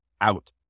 out